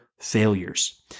Failures